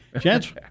Chance